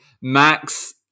max